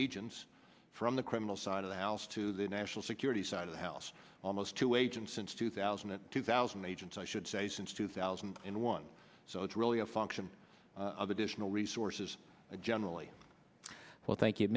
agents from the criminal side of the house to the national security side of the house almost two agents since two thousand and two thousand agents i should say since two thousand and one so it's really a function of additional resources generally well thank you